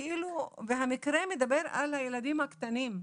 והמקרה מדבר על הילדים הקטנים,